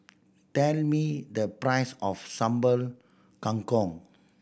tell me the price of Sambal Kangkong